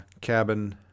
cabin